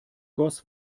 goss